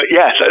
yes